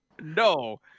No